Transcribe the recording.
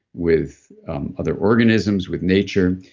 with other organisms, with nature?